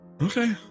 Okay